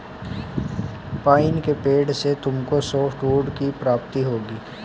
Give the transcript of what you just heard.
pine के पेड़ से तुमको सॉफ्टवुड की प्राप्ति होगी